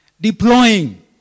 Deploying